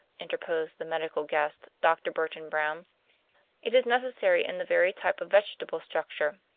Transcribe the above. interposed the medical guest, dr. burton brown it is necessary in the very type of vegetable structure.